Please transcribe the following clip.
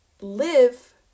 live